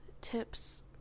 Tips